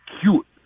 cute